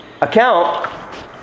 account